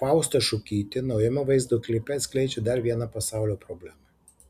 fausta šukytė naujame vaizdo klipe atskleidžia dar vieną pasaulio problemą